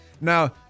Now